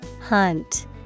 Hunt